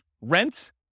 rent